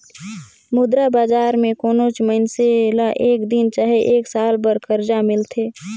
मुद्रा बजार में कोनोच मइनसे ल एक दिन चहे एक साल बर करजा मिलथे